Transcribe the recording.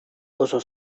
oso